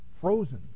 frozen